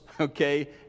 okay